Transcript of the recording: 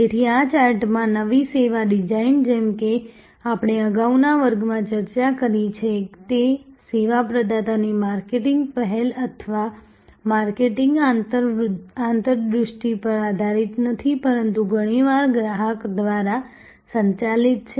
તેથી આ ચાર્ટમાં નવી સેવા ડિઝાઇન જેમ કે આપણે અગાઉના વર્ગમાં ચર્ચા કરી છે તે સેવા પ્રદાતાની માર્કેટિંગ પહેલ અથવા માર્કેટિંગ આંતરદૃષ્ટિ પર આધારિત નથી પરંતુ ઘણી વાર ગ્રાહક દ્વારા સંચાલિત છે